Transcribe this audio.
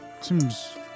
Seems